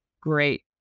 great